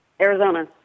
Arizona